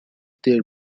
their